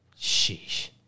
Sheesh